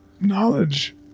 Knowledge